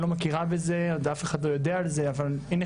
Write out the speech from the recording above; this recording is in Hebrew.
לא מכירה בזה ואף אחד לא יודע על זה אבל הנה,